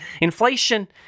Inflation